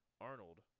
Arnold